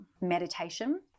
meditation